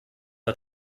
der